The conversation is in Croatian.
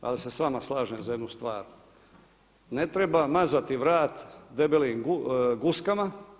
Ja se s vama slažem za jednu stvar, ne treba mazati vrat debelim guskama.